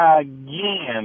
Again